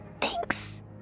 Thanks